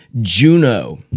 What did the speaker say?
Juno